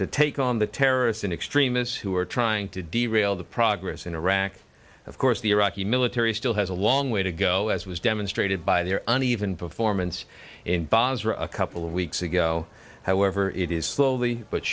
to take on the terrorists and extremists who are trying to derail the progress in iraq of course the iraqi military still has a long way to go as was demonstrated by their uneven performance in bars for a couple of weeks ago however it is slowly but